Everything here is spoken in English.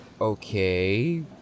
Okay